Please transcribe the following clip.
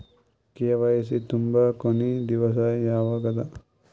KYC ತುಂಬೊ ಕೊನಿ ದಿವಸ ಯಾವಗದ?